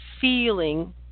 feeling